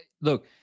look